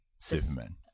Superman